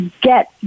get